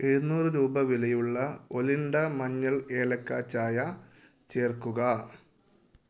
എഴുന്നൂറ് രൂപ വിലയുള്ള ഒലിൻഡ മഞ്ഞൾ ഏലക്ക ചായ ചേർക്കുക